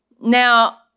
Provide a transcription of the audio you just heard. now